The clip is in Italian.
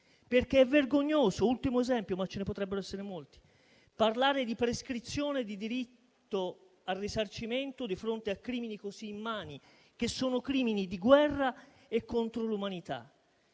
Ed è vergognoso - ultimo esempio, ma ce ne potrebbero essere molti - parlare di prescrizione del diritto al risarcimento di fronte a crimini così immani, che sono crimini di guerra e contro l'umanità.